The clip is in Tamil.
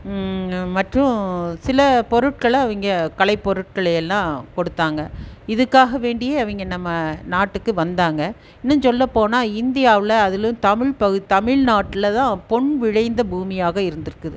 மற்றும் சில பொருட்களை அவங்க கலைப்பொருட்களை எல்லாம் கொடுத்தாங்க இதுக்காக வேண்டி அவங்க நம்ம நாட்டுக்கு வந்தாங்க இன்னும் சொல்ல போனால் இந்தியாவில் அதிலும் தமிழ் பகுத் தமிழ்நாட்டில் தான் பொன் விளைந்த பூமியாக இருந்திருக்குது